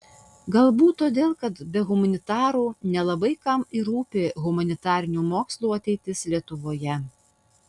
galbūt todėl kad be humanitarų nelabai kam ir rūpi humanitarinių mokslų ateitis lietuvoje